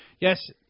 Yes